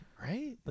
Right